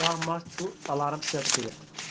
کانٛہہ مہ چھُ اَلارم سیٚٹ کٔرِتھ